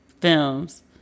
films